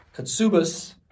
Katsubas